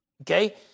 Okay